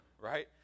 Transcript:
right